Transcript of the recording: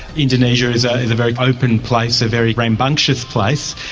indonesia is a very open place, a very rambunctious place.